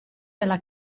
della